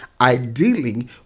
Ideally